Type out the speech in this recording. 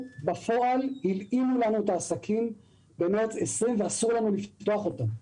בפועל הלאימו לנו את העסקים במרץ 2020 ואסרו עלינו לפתוח אותם.